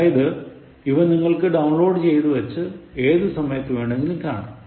അതായത് ഇവ നിങ്ങൾക്ക് ഡൌൺലോഡ് ചെയ്തു വച്ച് ഏതു സമയത്തുവേണമെങ്കിലും കാണാം